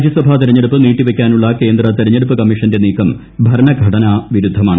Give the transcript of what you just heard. രാജ്യസഭാ തെരഞ്ഞെടുപ്പ് നീട്ടിവയ്ക്കാനുള്ള കേന്ദ്ര തെരഞ്ഞെടുപ്പ് കമ്മീഷന്റെ നീക്കം ഭരണഘടനാ വിരുദ്ധമാണ്